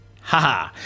haha